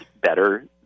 better